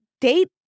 date